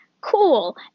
cool